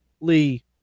Lee